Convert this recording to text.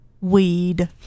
weed